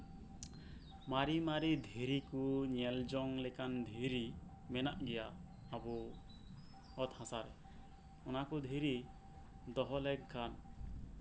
ᱢᱟᱨᱤᱼᱢᱟᱨᱤ ᱫᱷᱤᱨᱤ ᱠᱩ ᱧᱮᱞᱡᱚᱝ ᱞᱮᱠᱟᱱ ᱫᱷᱤᱨᱤ ᱢᱮᱱᱟᱜ ᱜᱮᱭᱟ ᱟᱵᱚ ᱚᱛ ᱦᱟᱥᱟ ᱨᱮ ᱚᱱᱟᱠᱩ ᱫᱷᱤᱨᱤ ᱫᱚᱦᱚ ᱞᱮᱱᱠᱷᱟᱱ